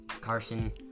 Carson